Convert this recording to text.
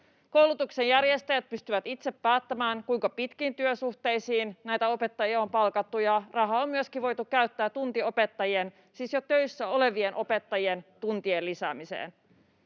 Koulutuksen järjestäjät pystyvät itse päättämään, kuinka pitkiin työsuhteisiin näitä opettajia on palkattu, ja rahaa on myöskin voitu käyttää tuntiopettajien, siis jo töissä olevien opettajien, tuntien lisäämiseen.